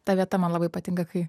ta vieta man labai patinka kai